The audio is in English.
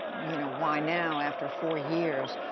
you know why now, after four years?